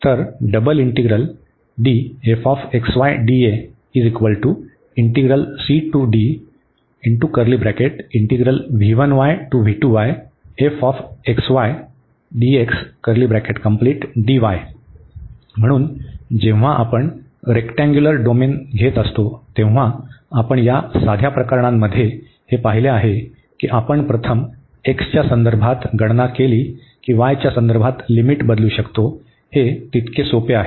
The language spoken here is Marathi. म्हणून जेव्हा आपण रेक्टँग्यूलर डोमेन असतो तेव्हा आपण या साध्या प्रकरणांमध्ये हे पाहिले आहे की आपण प्रथम x च्या संदर्भात गणना केली की y च्या संदर्भात लिमिट बदलू शकतो हे तितके सोपे आहे